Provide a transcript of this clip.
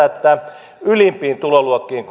että ylimpiin tuloluokkiin